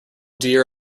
dear